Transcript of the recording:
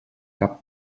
cap